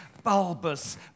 Bulbous